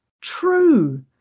True